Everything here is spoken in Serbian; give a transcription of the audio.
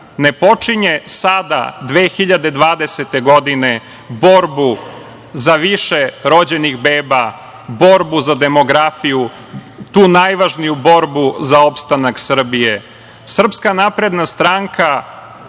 ne počinje sada 2020. godine borbu za više rođenih beba, borbu za demografiju, tu najvažniju borbu za opstanak Srbije. Srpska napredna stranka